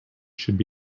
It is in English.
should